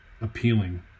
appealing